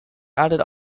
added